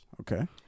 Okay